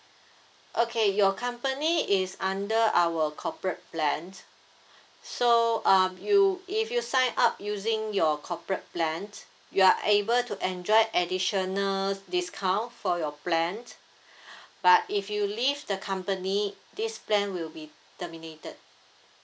okay your company is under our corporate plan so um you if you sign up using your corporate plan you are able to enjoy additional discount for your plan but if you leave the company this plan will be terminated